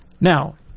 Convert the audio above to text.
Now